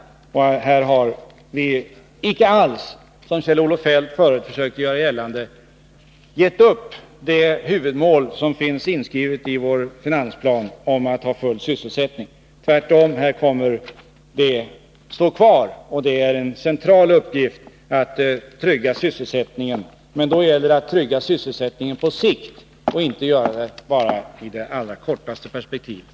Vi har inte alls, som Kjell-Olof Feldt försökte göra gällande, givit upp huvudmålet om full sysselsättning, som finns inskrivet i vår finansplan. Tvärtom står det kvar, och det är en central uppgift att trygga sysselsättningen. Men då gäller det att trygga den på sikt och inte i det allra kortaste perspektivet.